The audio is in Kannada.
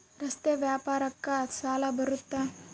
ರಸ್ತೆ ವ್ಯಾಪಾರಕ್ಕ ಸಾಲ ಬರುತ್ತಾ?